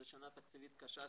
זו שנה תקציבית קשה,